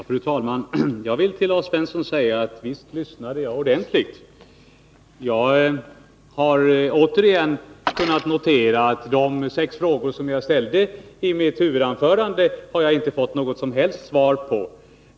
Fru talman! Visst lyssnar jag ordentligt, Lars Svensson. Jag har återigen kunnat notera att de sex frågor som jag ställde i mitt huvudanförande har jag inte fått något som helst svar på.